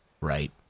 Right